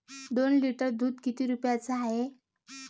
दोन लिटर दुध किती रुप्याचं हाये?